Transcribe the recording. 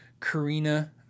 Karina